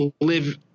live